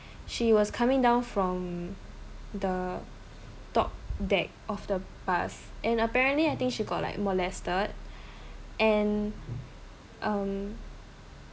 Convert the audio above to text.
she was coming down from the top deck of the bus and apparently I think she got like molested and um